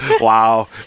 Wow